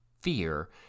fear